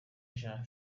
jean